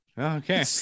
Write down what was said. Okay